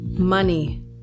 money